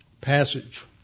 passage